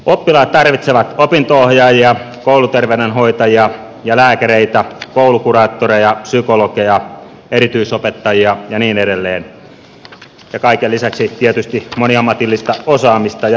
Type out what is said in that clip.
oppilaat tarvitsevat opinto ohjaajia kouluterveydenhoitajia ja lääkäreitä koulukuraattoreja psykologeja erityisopettajia ja niin edelleen ja kaiken lisäksi tietysti moniammatillista osaamista ja yhteistyötä